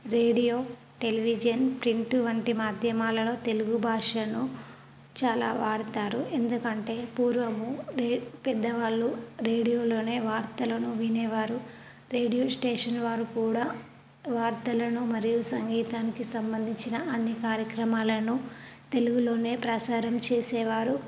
radio television print వంటి మాధ్యమాలలో తెలుగు భాషను చాలా వాడతారు ఎందుకంటే పూర్వము రే పెద్దవాళ్ళు రేడియోలో వార్తలను వినేవారు రేడియో స్టేషన్ వారు కూడా వార్తలను మరియు సంగీతానికి సంబంధించిన అన్ని కార్యక్రమాలను తెలుగులో ప్రసారం చేసేవారు